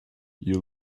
you